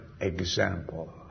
example